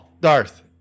Darth